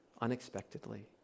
unexpectedly